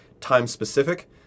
time-specific